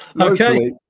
Okay